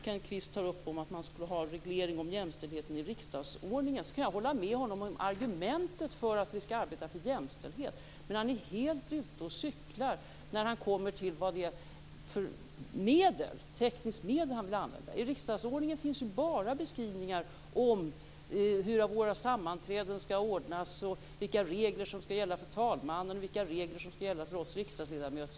Kenneth Kvist tar upp frågan om en reglering om jämställdheten i riksdagsordningen. Jag kan hålla med honom när det gäller argumentet för att vi skall arbeta för jämställdhet. Men han är helt ute och cyklar när han kommer till de tekniska medel han vill använda. I riksdagsordningen finns bara beskrivningar om hur våra sammanträden skall ordnas och vilka regler som skall gälla för talmannen och för oss riksdagsledamöter.